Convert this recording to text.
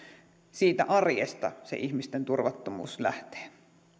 siitä arjesta se ihmisten turvattomuus lähtee